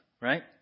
right